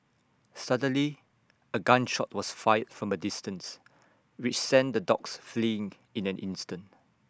suddenly A gun shot was fired from A distance which sent the dogs fleeing in an instant